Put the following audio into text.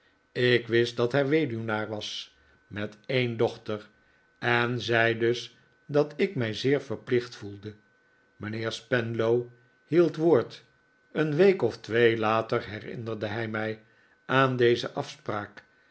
ik wist dat hij weduwnaar was met een dochter en zei dus dat ik mij zeer verplicht voelde mijnheer spenlow hield woord een week of twee later herinnerde hij mij aan deze afspraak